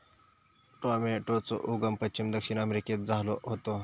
टॉमेटोचो उगम पश्चिम दक्षिण अमेरिकेत झालो होतो